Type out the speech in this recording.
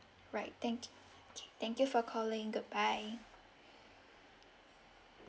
right thank thank you for calling goodbye